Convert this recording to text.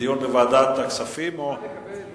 לדיון בוועדת הכספים או, ?